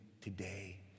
today